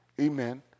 amen